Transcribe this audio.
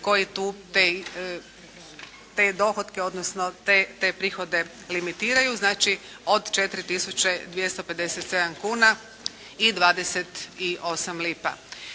koji tu, te dohotke odnosno te prihode limitiraju, znači od 4 tisuće 257 kuna i 28 lipa.